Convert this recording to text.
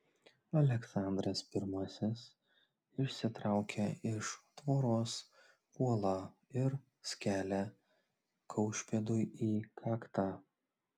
aleksandras pirmasis išsitraukia iš tvoros kuolą ir skelia kaušpėdui į kaktą